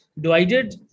divided